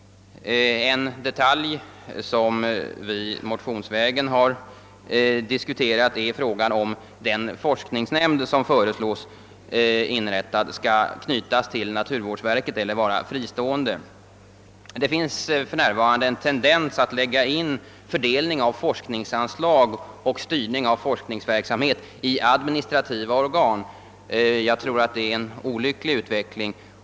En detalj som har diskuterats motionsvägen är frågan om den forskningsnämnd, som Kungl. Maj:t föreslagit, skall knytas till naturvårdsverket eller arbeta fristående. För närvarande finns det en tendens till att lägga in forskningsverksamhet och fördelning av forskningsanslag i administrativa organ. Det är en i många hänseenden betänklig utveckling.